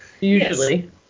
Usually